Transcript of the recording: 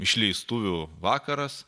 išleistuvių vakaras